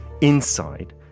Inside